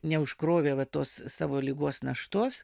neužkrovė va tos savo ligos naštos